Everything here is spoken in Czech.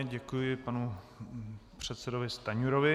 Děkuji panu předsedovi Stanjurovi.